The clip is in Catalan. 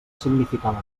significava